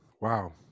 Wow